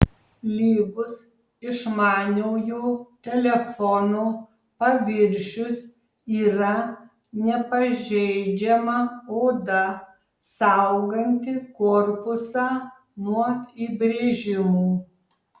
lygus išmaniojo telefono paviršius yra nepažeidžiama oda sauganti korpusą nuo įbrėžimų